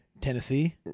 tennessee